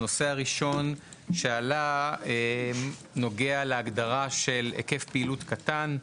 הנושא הראשון שעלה נוגע להגדרה של היקף פעילות קטן.